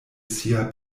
sia